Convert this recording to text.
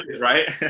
Right